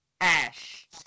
ash